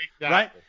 Right